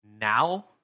Now